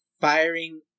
Firing